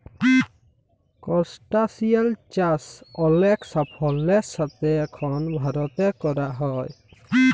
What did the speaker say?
করসটাশিয়াল চাষ অলেক সাফল্যের সাথে এখল ভারতে ক্যরা হ্যয়